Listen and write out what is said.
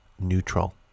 Neutral